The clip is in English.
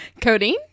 codeine